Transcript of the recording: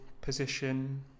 position